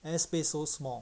air space so small